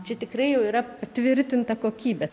čia tikrai jau yra patvirtinta kokybė